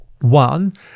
One